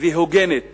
והוגנת